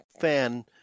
fan